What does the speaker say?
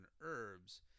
Herbs